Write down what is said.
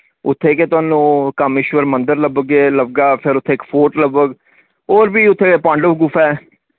उत्थे गै थोआनू कामेश्वर मंदर लब्गे लबगा फिर उत्थे इक फोर्ट लब्बग और वी उत्थे पांडव गुफा ऐ